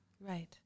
right